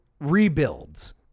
rebuilds